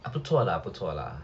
ah 不错 lah 不错 lah